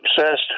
obsessed